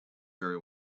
very